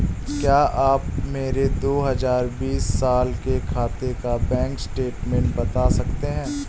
क्या आप मेरे दो हजार बीस साल के खाते का बैंक स्टेटमेंट बता सकते हैं?